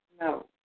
no